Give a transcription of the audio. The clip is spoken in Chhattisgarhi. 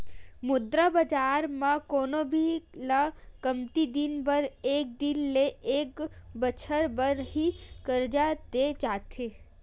मुद्रा बजार म कोनो भी ल कमती दिन बर एक दिन ले एक बछर बर ही करजा देय जाथे